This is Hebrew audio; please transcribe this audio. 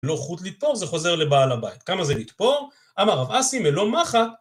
לא חוץ לטפור זה חוזר לבעל הבית, כמה זה לטפור? אמר הרב אסי מלון מחה.